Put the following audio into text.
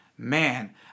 man